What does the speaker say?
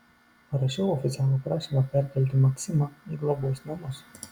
parašiau oficialų prašymą perkelti maksimą į globos namus